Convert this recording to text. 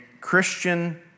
Christian